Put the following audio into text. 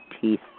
teeth